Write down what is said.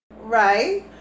right